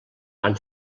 van